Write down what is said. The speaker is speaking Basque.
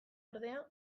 ordea